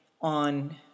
on